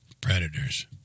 predators